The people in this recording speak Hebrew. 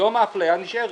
היום האפליה נשארת,